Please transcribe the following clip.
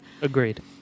Agreed